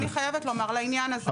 אני חייבת לומר לעניין הזה.